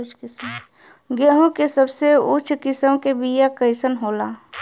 गेहूँ के सबसे उच्च किस्म के बीया कैसन होला?